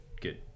good